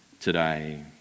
today